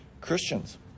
Christians